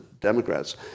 Democrats